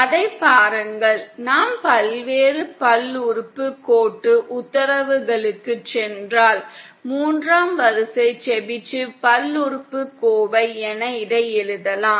அதைப் பாருங்கள் நாம் பல்வேறு பல்லுறுப்புக்கோட்டு உத்தரவுகளுக்குச் சென்றால் மூன்றாம் வரிசை செபிஷேவ் பல்லுறுப்புக்கோவை என இதை எழுதலாம்